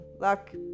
luck